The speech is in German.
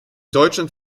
deutschland